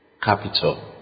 capital